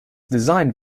designed